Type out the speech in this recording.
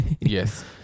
Yes